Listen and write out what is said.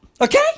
Okay